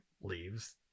leaves